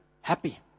happy